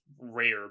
rare